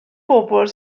bobl